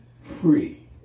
free